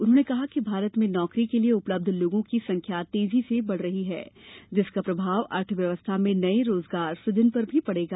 उन्होंने कहा कि भारत में नौकरी के लिए उपलब्ध लोगों की संख्या तेजी से बढ़ रही है जिसका प्रभाव अर्थव्यवस्था में नये रोजगार सूजन पर भी पड़ेगा